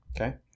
Okay